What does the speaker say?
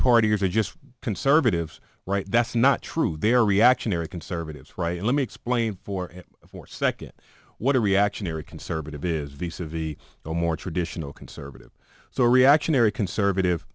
partiers are just conservatives right that's not true they're reactionary conservatives right let me explain for it for second what a reactionary conservative is the civvy the more traditional conservative so reactionary conservative